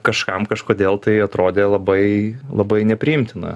kažkam kažkodėl tai atrodė labai labai nepriimtina